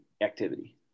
activity